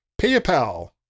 PayPal